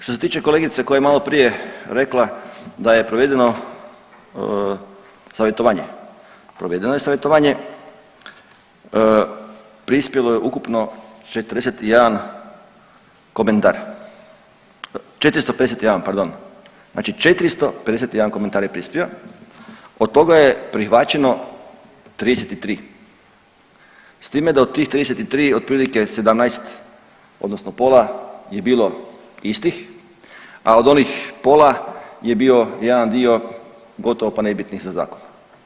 Što se tiče kolegice koja je maloprije rekla da je provedeno savjetovanje, provedeno je savjetovanje, prispjelo je ukupno 41 komentar, 451 pardon, znači 451 komentar je prispio, od toga je prihvaćeno 33 s time da od tih 33 otprilike 17 odnosno pola je bilo istih a od onih pola je bio jedan dio gotovo pa nebitnih sa zakonom.